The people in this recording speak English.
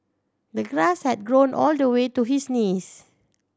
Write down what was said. the grass had grown all the way to his knees